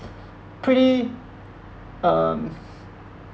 pretty um